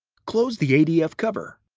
close the adf cover.